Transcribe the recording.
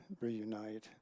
reunite